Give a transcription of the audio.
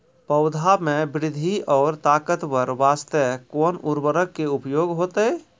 पौधा मे बृद्धि और ताकतवर बास्ते कोन उर्वरक के उपयोग होतै?